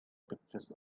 pictures